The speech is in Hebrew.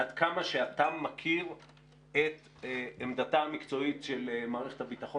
עד כמה שאתה מכיר את עמדתה המקצועית של מערכת הביטחון